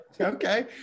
okay